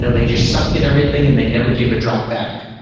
so they just sucked in everything and they never gave a drop back.